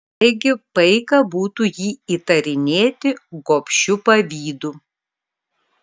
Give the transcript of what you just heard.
taigi paika būtų jį įtarinėti gobšiu pavydu